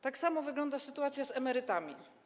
Tak samo wygląda sytuacja z emerytami.